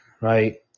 right